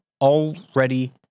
already